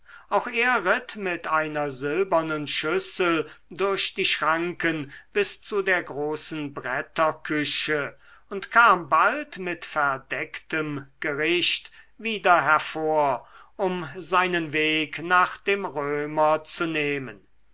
auch er ritt mit einer silbernen schüssel durch die schranken bis zu der großen bretterküche und kam bald mit verdecktem gericht wieder hervor um seinen weg nach dem römer zu nehmen